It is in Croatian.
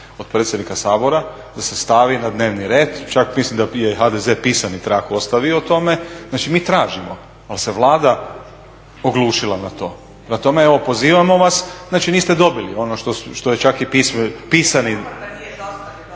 od predsjednika Sabora da se stavi na dnevni red, čak mislim da je HDZ pisani trag ostavio o tome. Znači mi tražimo ali se Vlada oglušila na to. Prema tome, evo pozivamo vas, znači niste dobili ono što je čak i pisani